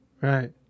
right